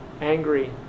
angry